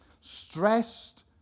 stressed